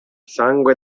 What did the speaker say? sangue